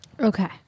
Okay